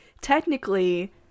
technically